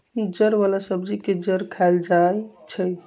जड़ वाला सब्जी के जड़ खाएल जाई छई